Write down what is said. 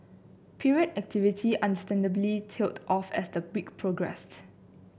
period activity understandably tailed off as the week progressed